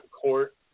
court